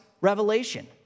Revelation